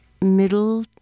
middle